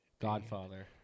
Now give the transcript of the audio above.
Godfather